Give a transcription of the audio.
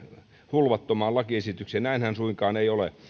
hulvattomaan lakiesitykseen näinhän suinkaan ei ole